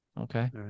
Okay